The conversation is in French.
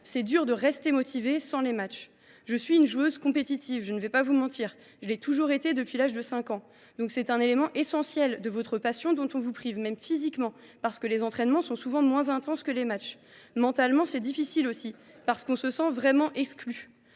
c’est dur de rester motivée sans les matchs. « Je suis une joueuse compétitive, je ne vais pas mentir. Je l’ai toujours été, depuis l’âge de 5 ans. Donc c’est un élément essentiel de votre passion dont on vous prive, même physiquement, parce que les entraînements sont souvent moins intenses que les matchs. Mentalement, c’est difficile aussi, parce qu’on se sent vraiment exclue.